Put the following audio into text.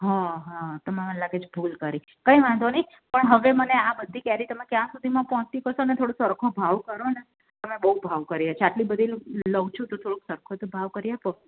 હં હં તમે મને લાગે છે ભૂલ કરી કંઈ વાંધો નહીં પણ હવે મને આ બધી કેરી તમે મને ક્યાં સુધીમાં પહોંચતી કરશો ને થોડો સરખો ભાવ કરોને તમે બહુ ભાવ કર્યા છે આટલી બધી લઉં છું તો થોડુંક સરખો તો ભાવ કરી આપો